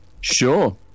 Sure